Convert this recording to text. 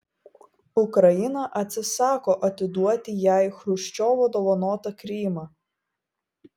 ukraina atsisako atiduoti jai chruščiovo dovanotą krymą